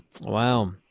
Wow